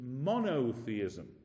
monotheism